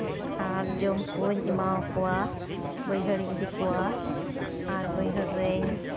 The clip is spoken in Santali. ᱟᱨ ᱡᱚᱢ ᱠᱩᱧ ᱮᱢᱟᱣᱟᱠᱚᱣᱟ ᱵᱟᱹᱭᱦᱟᱹᱲᱤᱧ ᱤᱫᱤ ᱠᱚᱣᱟ ᱟᱨ ᱵᱟᱹᱭᱦᱟᱹᱲ ᱨᱤᱧ